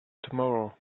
tomorrow